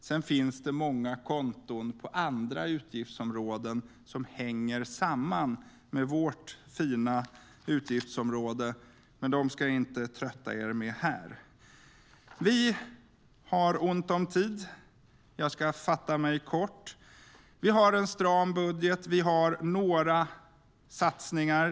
Sedan finns det många konton på andra utgiftsområden som hänger samman med vårt fina utgiftsområde, men jag ska inte trötta er med dem här. Vi har ont om tid, och jag ska fatta mig kort. Vi har en stram budget, men vi har några satsningar.